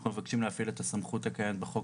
אנחנו מבקשים להפעיל את הסמכות הקיימת בחוק